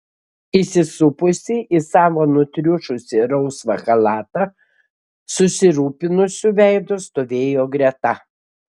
įsisupusi į savo nutriušusį rausvą chalatą susirūpinusiu veidu stovėjo greta